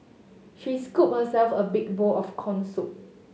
she scooped herself a big bowl of corn soup